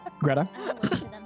Greta